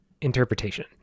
interpretation